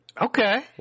Okay